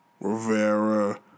Rivera